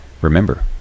remember